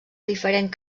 diferent